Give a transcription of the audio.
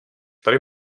tady